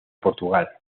portugal